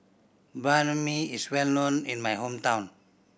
Banh Mi is well known in my hometown